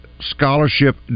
scholarship